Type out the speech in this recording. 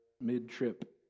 mid-trip